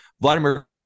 Vladimir